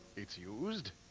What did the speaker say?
it's used!